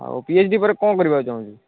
ଆଉ P H D ପରେ କ'ଣ କରିବାକୁ ଚାହୁଁଛୁ